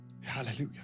Hallelujah